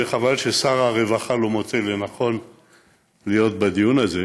וחבל ששר הרווחה לא מוצא לנכון להיות בדיון הזה,